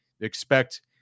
expect